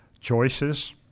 choices